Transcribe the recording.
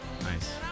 Nice